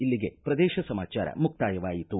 ಇಲ್ಲಿಗೆ ಪ್ರದೇಶ ಸಮಾಚಾರ ಮುಕ್ತಾಯವಾಯಿತು